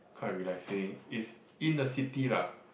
quite relaxing is in the city lah